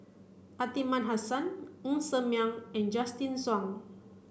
Aliman Hassan Ng Ser Miang and Justin Zhuang